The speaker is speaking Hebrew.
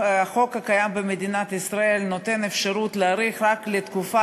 החוק הקיים במדינת ישראל נותן אפשרות להאריך רק לתקופה